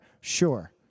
Sure